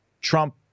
Trump